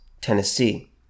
Tennessee